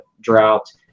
drought